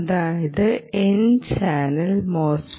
അതായത് n channel MOSFET